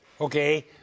Okay